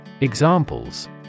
Examples